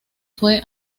fue